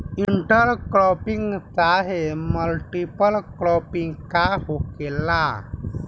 Inter cropping चाहे multiple cropping का होखेला?